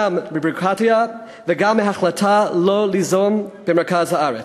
גם מביורוקרטיה וגם מהחלטה לא ליזום במרכז הארץ.